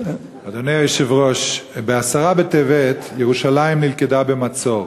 אדוני היושב-ראש, בעשרה בטבת ירושלים נלכדה במצור.